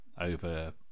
over